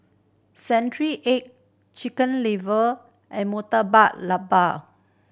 century egg Chicken Liver and Murtabak Lembu